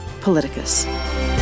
Politicus